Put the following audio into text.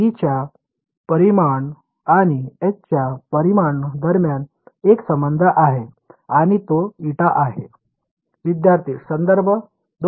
E च्या परिमाण आणि H च्या परिमाण दरम्यान एक संबंध आहे का तो η आहे